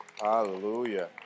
Hallelujah